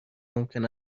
ممکن